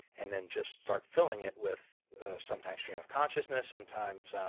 and then just start filling it with sometimes stream of consciousness, sometimes um